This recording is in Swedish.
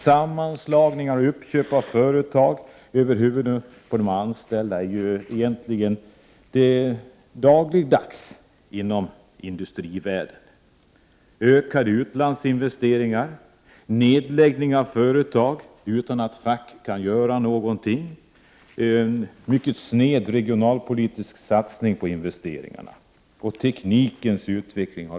Sammanslagningar och uppköp av företag över huvudet på det anställda förekommer dagligdags inom industrivärlden. Ökade utlandsinvesteringar förekommer liksom nedläggning av företag utan att facket kan göra någonting. Investeringarna visar en mycket sned regionalpolitisk satsning.